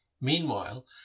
Meanwhile